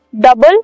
double